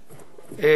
על סוריה,